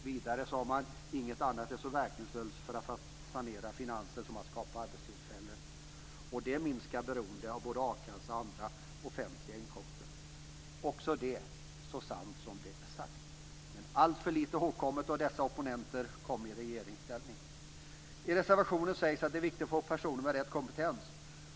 Vidare sade han: "Inget annat är så verkningsfullt för att sanera statsfinanserna som att skapa arbetstillfällen. Det minskar beroendet av både a-kassa och andra offentliga inkomster." Så sant som det är sagt, men alltför litet hågkommet då dessa opponenter kom i regeringsställning. I reservationen sades också att det var viktigt att få personer med rätt kompetents.